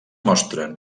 mostren